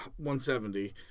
170